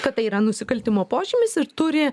kad tai yra nusikaltimo požymis ir turi